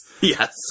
Yes